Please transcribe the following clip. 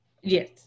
Yes